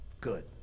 Good